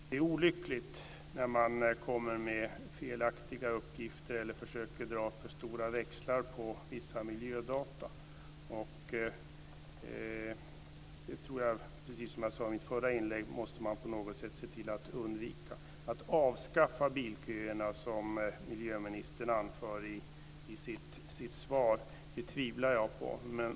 Det är olyckligt när man kommer med felaktiga uppgifter eller försöker dra för stora växlar på vissa miljödata. Precis som jag sade i mitt förra inlägg, tror jag att man måste se till att undvika det. Jag tvivlar på att det går att avskaffa bilköerna, som miljöministern anför i sitt svar.